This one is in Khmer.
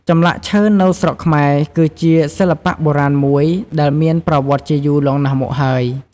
ចម្លាក់ឈើនៅស្រុកខ្មែរ គឺជាសិល្បៈបុរាណមួយ ដែលមានប្រវត្តិជាយូរលង់ណាស់មកហើយ។